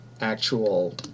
Actual